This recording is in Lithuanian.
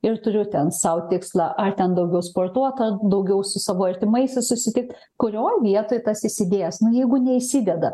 ir turiu ten sau tikslą ar ten daugiau sportuot ar daugiau su savo artimaisiais susitikt kurio vietoj tas įsidėjęs nu jeigu neįsideda